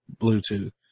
Bluetooth